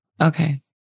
Okay